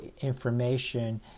information